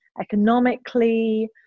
economically